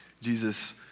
Jesus